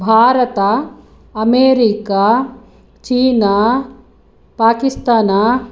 भारतः अमेरिका चीना पाकिस्ताना